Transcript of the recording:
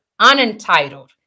unentitled